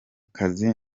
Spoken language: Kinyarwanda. kazi